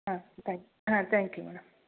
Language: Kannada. ಹಾಂ ತ್ಯಾಂಕ್ ಹಾಂ ತ್ಯಾಂಕ್ ಯು ಮೇಡಮ್